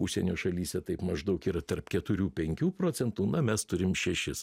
užsienio šalyse taip maždaug yra tarp keturių penkių procentų na mes turim šešis